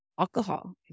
Alcohol